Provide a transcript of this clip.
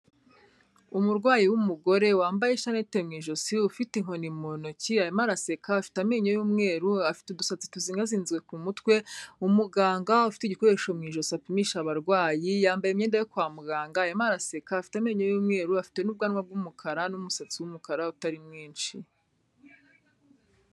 Umurwayi w'umugore wambaye ishanete mu ijosi, ufite inkoni mu ntoki, arimo araseka, afite amenyo y'umweru, afite udusatsi tuzingazinzwe ku mutwe, umuganga ufite igikoresho mu ijosi apimisha abarwayi, yambaye imyenda yo kwa muganga, arimo araseka, afite amenyo y'umweru, afite n'ubwanwa bw'umukara n'umusatsi w'umukara utari mwinshi.